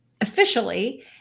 officially